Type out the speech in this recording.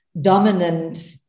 dominant